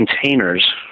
containers